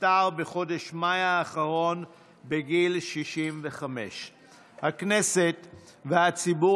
נפטר בחודש מאי האחרון בגיל 65. הכנסת והציבור